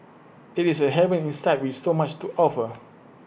IT is A haven inside with so much to offer